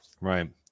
Right